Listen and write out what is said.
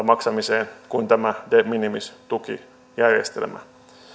maksamiseen kuin tämä de minimis tukijärjestelmä